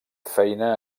feina